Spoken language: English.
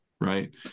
right